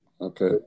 Okay